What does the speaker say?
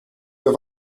have